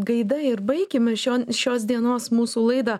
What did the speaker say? gaida ir baikim šio šios dienos mūsų laida